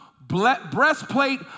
breastplate